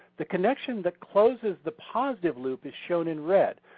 the connection that closes the positive loop is shown in red.